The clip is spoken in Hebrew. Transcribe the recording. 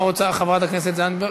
מה רוצה חברת הכנסת זנדברג?